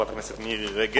של חבר הכנסת יואל חסון,